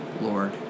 lord